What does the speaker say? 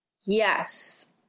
Yes